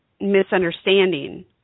misunderstanding